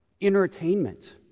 Entertainment